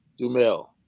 Dumel